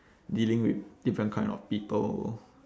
dealing with different kind of people